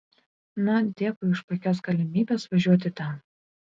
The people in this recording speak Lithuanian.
na dėkui už puikias galimybės važiuoti ten